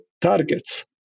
targets